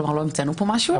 לא המצאנו פה משהו.